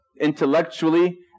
intellectually